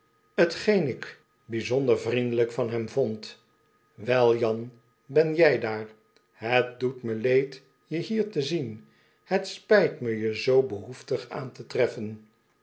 t geen ik bijzonder vriendelijk van hem vond wel jan ben jij daar het doet me leed je hier to zien het spijt me je zoo behoeftig aan te treffen